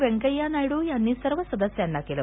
वेकेया नायडू यांनी सर्व सदस्यांना केल